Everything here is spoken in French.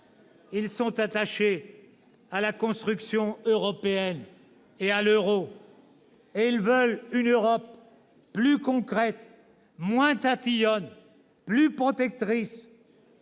ils sont attachés à la construction européenne et à l'euro ; ils veulent une Europe plus concrète, moins tatillonne, plus protectrice.